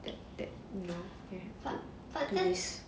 that that you know mm feels